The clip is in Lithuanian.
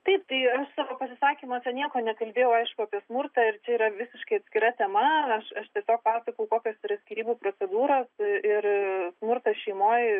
taip tai aš savo pasisakymuose nieko nekalbėjau aišku apie smurtą ir čia yra visiškai atskira tema aš aš tiesiog pasakojau kokios yra skyrybų procedūros ir smurtas šeimoj